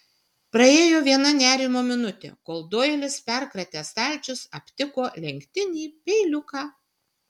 praėjo viena nerimo minutė kol doilis perkratęs stalčius aptiko lenktinį peiliuką